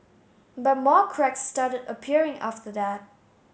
but more cracks started appearing after that